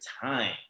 time